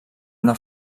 una